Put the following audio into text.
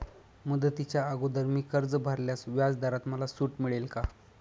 मुदतीच्या अगोदर मी कर्ज भरल्यास व्याजदरात मला सूट मिळेल का?